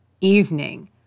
evening